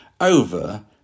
over